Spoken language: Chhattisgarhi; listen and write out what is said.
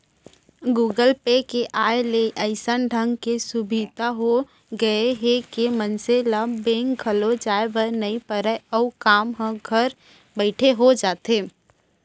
गुगल पे के आय ले अइसन ढंग के सुभीता हो गए हे के मनसे ल बेंक घलौ जाए बर नइ परय अउ काम ह घर बइठे हो जाथे